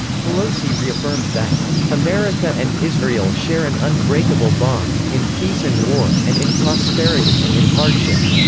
pelosi reaffirms that america and israel share an unbreakable bond in peace and war and in prosperity and in hardship.